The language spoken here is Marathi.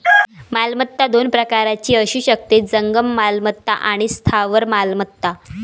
मालमत्ता दोन प्रकारची असू शकते, जंगम मालमत्ता आणि स्थावर मालमत्ता